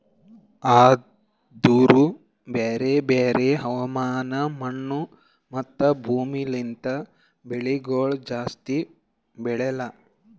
ಆದೂರು ಬ್ಯಾರೆ ಬ್ಯಾರೆ ಹವಾಮಾನ, ಮಣ್ಣು, ಮತ್ತ ಭೂಮಿ ಲಿಂತ್ ಬೆಳಿಗೊಳ್ ಜಾಸ್ತಿ ಬೆಳೆಲ್ಲಾ